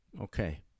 okay